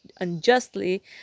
unjustly